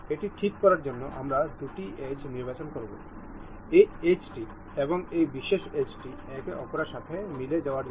এটি ঠিক করার জন্য আমরা দুটি এজ নির্বাচন করব এই এজটি এবং এই বিশেষ এজটি একে অপরের সাথে মিলে যাওয়ার জন্য